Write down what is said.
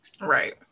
right